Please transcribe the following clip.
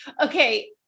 Okay